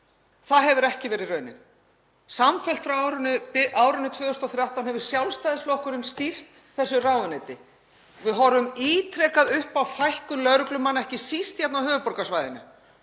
Það hefur ekki orðið raunin. Samfellt frá árinu 2013 hefur Sjálfstæðisflokkurinn stýrt þessu ráðuneyti. Við horfum ítrekað upp á fækkun lögreglumanna, ekki síst hérna á höfuðborgarsvæðinu.